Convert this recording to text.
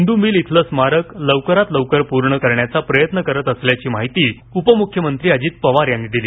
Indu mill येथील स्मारक लवकरात लवकर पूर्ण करण्याचा प्रयत्न करत असल्याची माहिती उपमूख्यमंत्री अजित पवार यांनी दिली